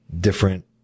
different